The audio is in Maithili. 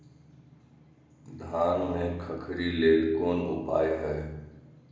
धान में खखरी लेल कोन उपाय हय?